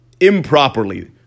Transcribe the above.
improperly